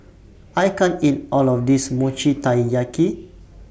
I can't eat All of This Mochi Taiyaki